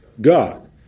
God